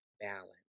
balance